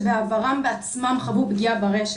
שבעברם בעצמם חוו פגיעה ברשת,